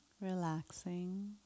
relaxing